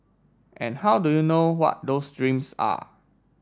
and how do you know what those dreams are